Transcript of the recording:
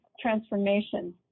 transformation